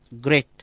great